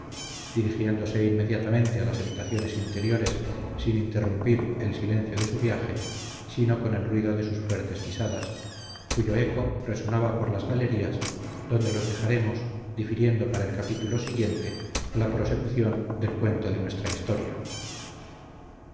dirigiéndose inmediatamente a las habitaciones interiores sin interrumpir el silencio de su viaje sino con el ruido de sus fuertes pisadas cuyo eco resonaba por las galerías donde los dejaremos difiriendo para el capítulo siguiente la prosecución del cuento de nuestra historia